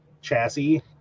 chassis